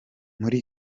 muri